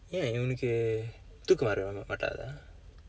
ஏன் உனக்கு தூக்கம் வராதா:een unakku thuukkam varaathaa